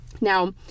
Now